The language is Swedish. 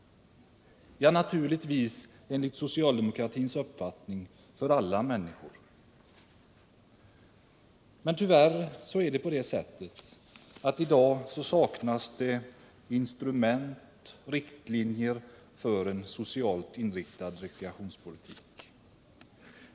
Ja, enligt socialdemokratins uppfattning naturligtvis för alla människor. Men tyvärr saknas i dag instrument och riktlinjer för en socialt inriktad rekreationspolitik.